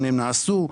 נעשו.